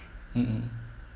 mm mm